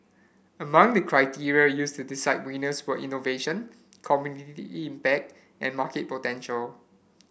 among the criteria used to decide winners were innovation community impact and market potential